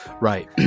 right